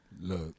Look